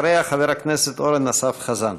אחריה, חבר הכנסת אורן אסף חזן.